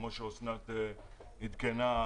כמו שאסנת עדכנה,